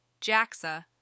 JAXA